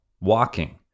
walking